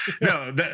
no